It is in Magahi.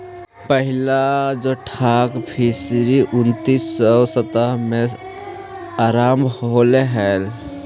पहिला जोटाक फिशरी उन्नीस सौ सत्तर में आरंभ होले हलइ